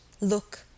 look